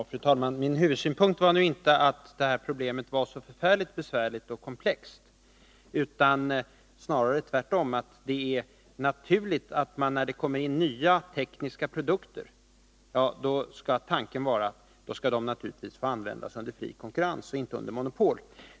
Fru talman! Min huvudsynpunkt var nu inte att detta problem är så väldigt besvärligt och komplext utan snarare den motsatta: att det är naturligt att nya tekniska produkter som kommer in på marknaden skall användas under fri konkurrens, inte under monopol.